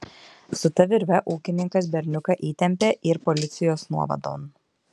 su ta virve ūkininkas berniuką įtempė ir policijos nuovadon